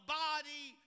body